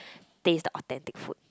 taste the authentic food